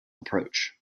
approach